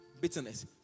bitterness